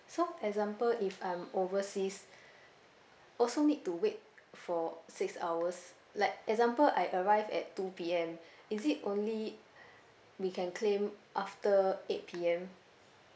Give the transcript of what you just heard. so example if I'm overseas also need to wait for six hours like example I arrived at two P_M is it only we can claim after eight P_M